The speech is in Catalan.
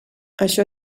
això